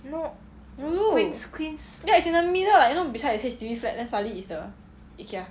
ulu ya it's in the middle like you know beside H_D_B flat then suddenly is the ikea